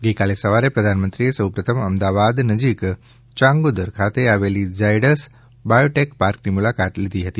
ગઈકાલે સવારે પ્રધાનમંત્રીએ સૌપ્રથમ અમદાવાદ નજીક ચાંગોદર ખાતે આવેલી ઝાયડ્સ બાયોટેક પાર્કની મુલાકાત લીધી હતી